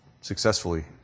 successfully